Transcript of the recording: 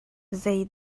zei